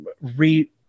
re